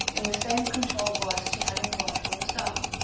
in the same controlled voice she had employed from the start.